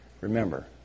Remember